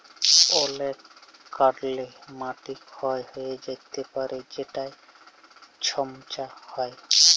অলেক কারলে মাটি ক্ষয় হঁয়ে য্যাতে পারে যেটায় ছমচ্ছা হ্যয়